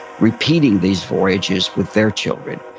repeating these voyages with their children,